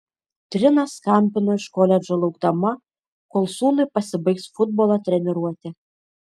trina skambino iš koledžo laukdama kol sūnui pasibaigs futbolo treniruotė